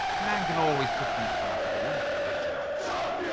a man can always put these things through if he takes it on himself.